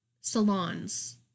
salons